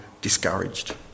discouraged